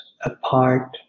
apart